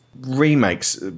remakes –